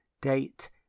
Date